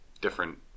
different